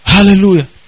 Hallelujah